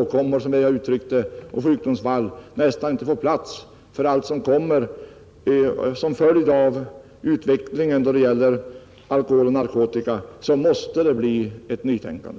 åkommor och olycksfall nästan inte får plats för allt som blir följden av utvecklingen då det gäller alkohol och narkotika måste det bli ett nytänkande.